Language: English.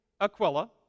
Aquila